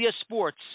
Sports